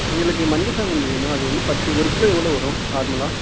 எங்களுக்கு மஞ்சள் சாமந்தி வேணும் அது வந்து பத்து ஒரு கிலோ எவ்வளோ வரும் நார்மலாக